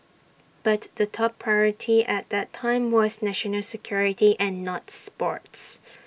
but the top priority at that time was national security and not sports